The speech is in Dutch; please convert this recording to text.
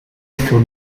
viel